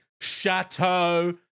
chateau